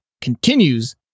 continues